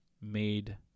made